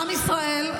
עם ישראל,